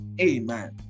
amen